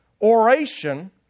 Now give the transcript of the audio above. oration